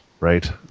Right